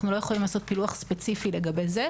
אנחנו לא יכולים לעשות פילוח ספציפי לגבי זה.